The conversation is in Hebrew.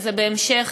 וזה בהמשך